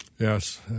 Yes